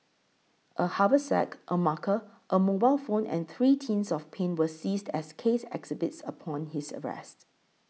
a haversack a marker a mobile phone and three tins of paint were seized as case exhibits upon his arrest